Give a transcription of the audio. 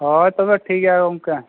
ᱦᱳᱭ ᱛᱚᱵᱮ ᱴᱷᱤᱠ ᱜᱮᱭᱟ ᱜᱚᱢᱠᱮ